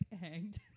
hanged